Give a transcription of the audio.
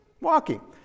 Walking